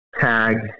tag